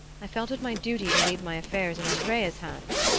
i felt it my duty to leave my affairs in andrea's hands,